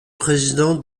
président